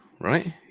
right